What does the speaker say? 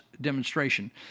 demonstration